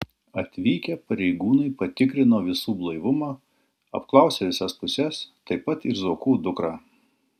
atvykę pareigūnai patikrino visų blaivumą apklausė visas puses taip pat ir zuokų dukrą